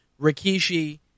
Rikishi